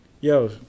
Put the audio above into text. Yo